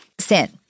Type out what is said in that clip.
sin